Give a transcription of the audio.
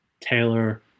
Taylor